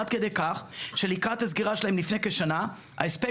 עד כדי כך שלקראת הסגירה שלהן לפני כשנה ההספק